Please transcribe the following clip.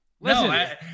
Listen